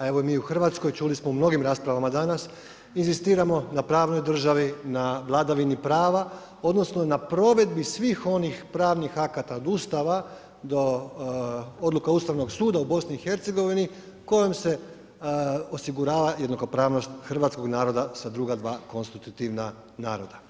a evo i mi u Hrvatskoj, čuli smo u mnogim raspravama danas, inzistiramo na pravnoj državi, na vladavini prava, odnosno na provedbi svih onih pravnih akata od Ustava do odluka Ustavnog suda u BiH kojem se osigurava jednakopravnost hrvatskog naroda sa druga dva konstitutivna naroda.